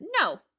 No